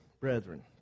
brethren